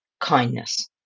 kindness